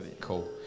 cool